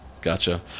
Gotcha